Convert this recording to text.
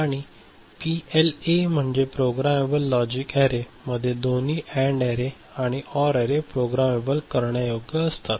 आणि पीएलए मध्ये म्हणजे प्रोगेमेबल लॉजिक अॅरे मध्ये दोन्ही अँड अॅरे आणि ऑर अॅरे प्रोग्राम करण्यायोग्य असतात